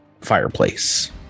fireplace